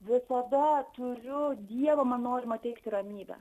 visada turiu dievo man norimą teikti ramybę